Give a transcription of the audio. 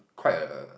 quite a